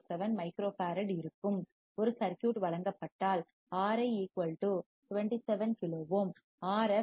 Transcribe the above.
047 microfarad இருக்கும் ஒரு circuit வழங்கப்பட்டால் Ri 27 கிலோ ஓம் ஆர்